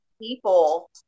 people